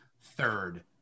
third